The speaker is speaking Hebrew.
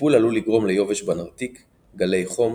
הטיפול עלול לגרום ליובש בנרתיק, גלי חום,